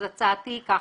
אז הצעתי היא ככה.